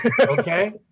okay